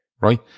Right